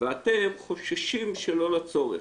ואתם חוששים שלא לצורך,